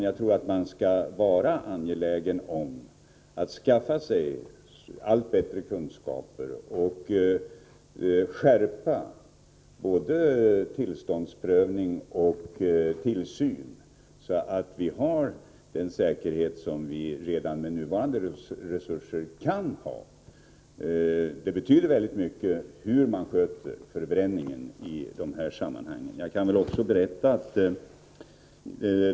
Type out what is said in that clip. Jag tror att man skall vara angelägen att skaffa sig allt bättre kunskaper och skärpa både tillståndsprövning och tillsyn, så att vi får den säkerhet som vi redan med nuvarande resurser kan ha. Det betyder i de här sammanhangen mycket hur man sköter förbränningen.